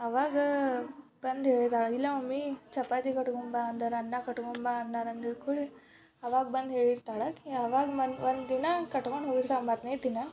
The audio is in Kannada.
ಅವಾಗ ಬಂದು ಹೇಳಿದಾಳೆ ಇಲ್ಲ ಮಮ್ಮಿ ಚಪಾತಿ ಕಟ್ಕೊಂಡ್ ಬಾ ಅಂದರು ಅನ್ನ ಕಟ್ಕೊಂಡ್ ಬಾ ಅಂದರು ಅಂದಿದ್ದ ಕೂಡ್ಲೇ ಅವಾಗ ಬಂದು ಹೇಳಿರ್ತಾಳೆ ಆಕೆ ಅವಾಗ ಒಂದಿನ ಕಟ್ಕೊಂಡು ಹೋಗಿರ್ತಾಳೆ